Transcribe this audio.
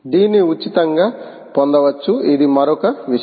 దీన్ని ఉచితంగా పొందవచ్చు ఇది మరొక విషయం